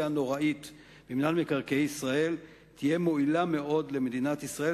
הנוראית במינהל מקרקעי ישראל תהיה מועילה מאוד למדינת ישראל,